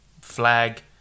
flag